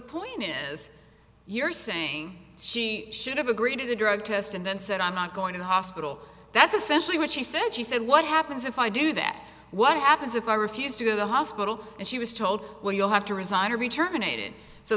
point is you're saying she should have agreed to drug test and then said i'm not going to the hospital that's essentially what she said she said what happens if i do that what happens if i refuse to the hospital and she was told well you'll have to resign or be terminated so